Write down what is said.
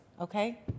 Okay